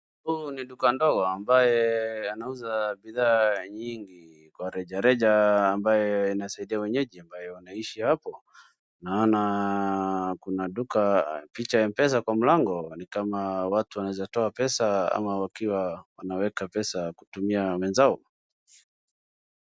Huu ni duka ndogo ambayo anauza bidhaa nyingi kwa reja reja ambayo inasaidia wenyeji ambayo wanaishi hapo. Naona kuna duka picha ya Mpesa kwa mlango ni kama watu wanaezatoa pesa ama wakiwa wanaweka pesa kutumia wenzao.